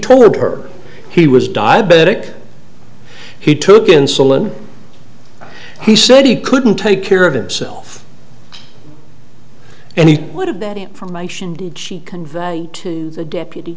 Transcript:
told her he was diabetic he took insulin he said he couldn't take care of himself and he would have that information conveyed to the deputy